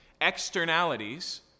externalities